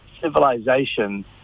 civilization